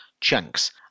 chunks